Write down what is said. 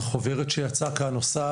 החוברת שיצאה כאן עושה,